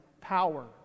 power